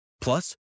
Plus